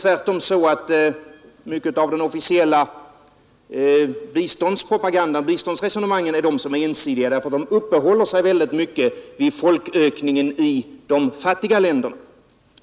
Tvärtom är det väl så att mycket av de officiella biståndsresonemangen är ensidiga. De uppehåller sig mycket vid folkökningen i de fattiga länderna.